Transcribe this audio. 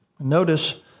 Notice